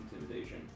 Intimidation